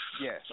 Yes